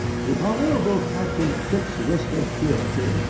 the honourable captain fitz-whisker fiercy,